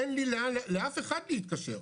אין לי לאן לאף אחד להתקשר,